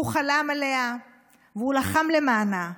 הוא חלם עליה והוא לחם למענה.